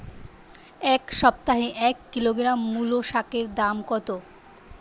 এ সপ্তাহে এক কিলোগ্রাম মুলো শাকের দাম কত?